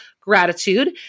gratitude